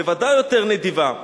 בוודאי יותר נדיבה,